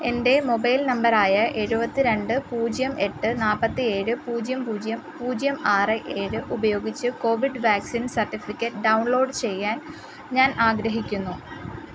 എന്റെ മൊബൈൽ നമ്പരായ എഴുപത്തി രണ്ട് പൂജ്യം എട്ട് നാൽപ്പത്തിയേഴ് പൂജ്യം പൂജ്യം പൂജ്യം ആറ് ഏഴ് ഉപയോഗിച്ച് കോവിഡ് വാക്സിൻ സർട്ടിഫിക്കറ്റ് ഡൗൺലോഡ് ചെയ്യാൻ ഞാൻ ആഗ്രഹിക്കുന്നു